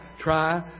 try